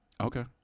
Okay